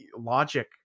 logic